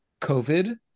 COVID